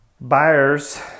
buyers